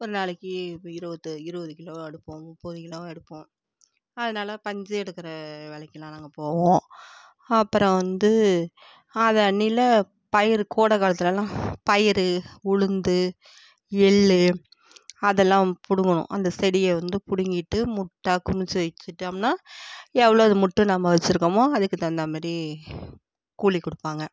ஒரு நாளைக்கு இப்போ இருபது இருபது கிலோவாக எடுப்போம் முப்பது கிலோவாக எடுப்போம் அதுனால் பஞ்சு எடுக்கிற வேலைக்கெல்லாம் நாங்கள் போவோம் அப்புறம் வந்து அதை அன்னில பயறு கோடை காலத்திலலாம் பயிறு உளுந்து எள் அதெல்லாம் பிடுங்கணும் அந்தச் செடியை வந்து பிடுங்கிட்டு முட்டாக குமுச்சு வச்சிட்டோம்னா எவ்வளவு முட்டு நம்ம வச்சிருக்கோமோ அதுக்குத் தகுந்தாமாதிரி கூலிக் கொடுப்பாங்க